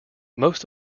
most